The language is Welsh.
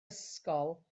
ysgol